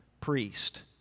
priest